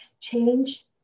change